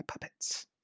puppets